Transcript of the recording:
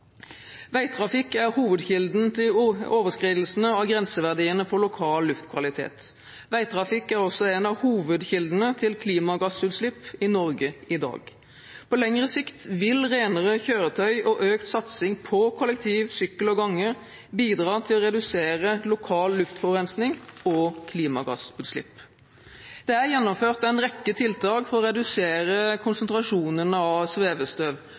Veitrafikk er hovedkilden til overskridelsene av grenseverdiene for lokal luftkvalitet. Veitrafikk er også en av hovedkildene til klimagassutslipp i Norge i dag. På lengre sikt vil renere kjøretøy og økt satsing på kollektiv, sykkel og gange bidra til å redusere lokal luftforurensning og klimagassutslipp. Det er gjennomført en rekke tiltak for å redusere konsentrasjonene av svevestøv,